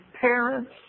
Parents